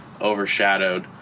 overshadowed